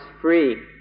free